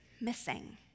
missing